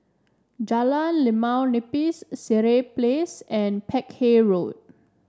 Jalan Limau Nipis Sireh Place and Peck Hay Road